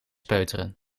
peuteren